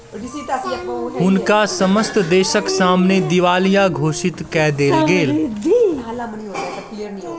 हुनका समस्त देसक सामने दिवालिया घोषित कय देल गेल